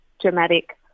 dramatic